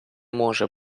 може